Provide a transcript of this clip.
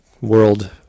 world